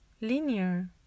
linear